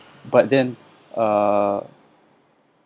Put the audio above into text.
but then uh